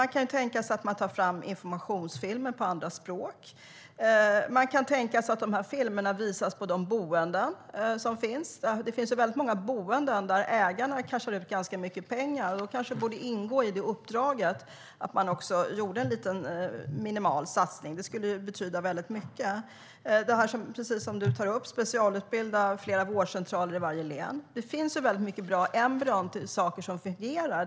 Man kan ta fram informationsfilmer på andra språk. Man kan tänka sig att de filmerna visas på de boenden som finns. Det finns ju väldigt många boenden där ägarna cashar in ganska mycket pengar. Då kanske det borde ingå i uppdraget att de också gör en minimal satsning. Det skulle betyda väldigt mycket. Precis som du tar upp handlar det om att specialutbilda flera vårdcentraler i varje län. Det finns många bra embryon till saker som fungerar.